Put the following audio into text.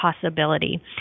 possibility